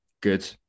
good